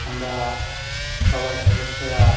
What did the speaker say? আমরা সবাই সদস্যরা